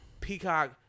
Peacock